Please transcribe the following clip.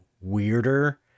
weirder